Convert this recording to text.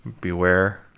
beware